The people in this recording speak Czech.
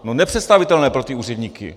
No nepředstavitelné pro ty úředníky.